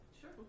Sure